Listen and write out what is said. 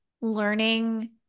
learning